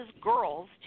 girls